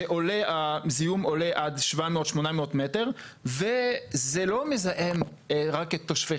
הזיהום עולה עד 800-700 מטרים וזה לא מזהם רק את תושבי